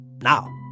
Now